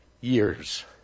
years